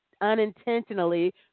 unintentionally